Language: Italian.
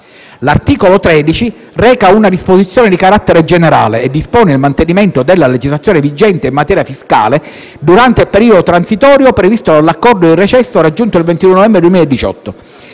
L'articolo 13 reca una disposizione di carattere generale e dispone il mantenimento della legislazione vigente in materia fiscale durante il periodo transitorio previsto dall'accordo di recesso raggiunto il 22 novembre 2018.